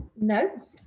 No